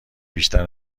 بیشتر